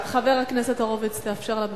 חבר הכנסת הורוביץ, תאפשר לה בבקשה.